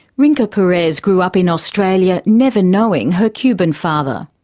rinka perez grew up in australia, never knowing her cuban father.